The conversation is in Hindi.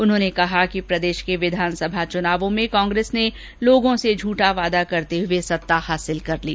उन्होंने कहा कि प्रदेश के विधानसभा चुनावों में कांग्रेस ने लोगों से झूठा वादा करते हुए सत्ता हासिल कर ली